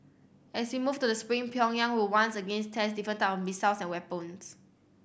as we move to the spring Pyongyang will once again test different type of missiles and weapons